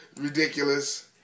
Ridiculous